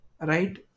right